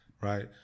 Right